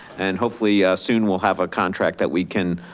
and hopefully soon, we'll have a contract that we can